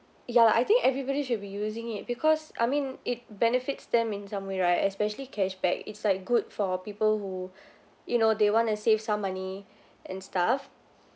ya lah I think everybody should be using it because I mean it benefits them in some way right especially cashback it's like good for people who you know they want to save some money and stuff